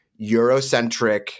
Eurocentric